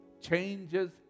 changes